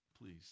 Please